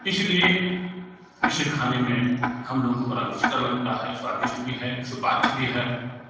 इसीलिए इसे खाने में हम लोग को बड़ा रुचिकर लगता है स्वादिष्ट भी है सुपाच्य भी है